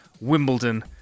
Wimbledon